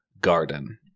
Garden